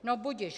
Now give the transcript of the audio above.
No budiž.